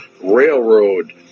Railroad